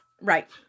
Right